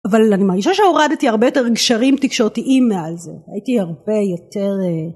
אבל אני מרגישה שהורדתי הרבה יותר גשרים תקשורתיים מאז, הייתי הרבה יותר...